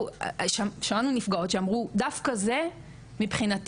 שמענו נפגעות שאמרו: דווקא זה מבחינתי,